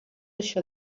això